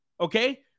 Okay